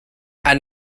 and